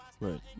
Right